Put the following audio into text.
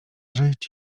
żyć